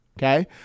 Okay